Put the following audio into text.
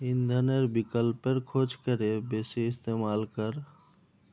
इंधनेर विकल्पेर खोज करे बेसी इस्तेमाल कर